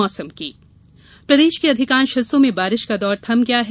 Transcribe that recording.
मौसम प्रदेश के अधिकांश हिस्सों में बारिश का दौर थम गया है